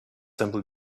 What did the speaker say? simply